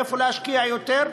איפה להשקיע יותר,